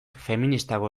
feministago